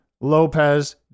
Lopez